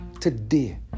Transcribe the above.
today